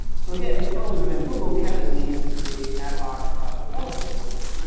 so again, internally within google, we had this need to create ad hoc performance reports.